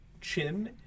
chin